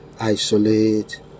isolate